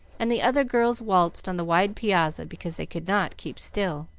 and the other girls waltzed on the wide piazza because they could not keep still.